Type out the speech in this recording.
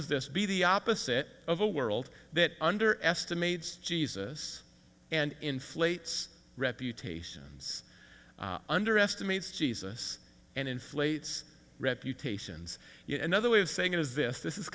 is this be the opposite of a world that under estimates jesus and inflates reputations underestimates jesus and inflates reputations yet another way of saying is this this is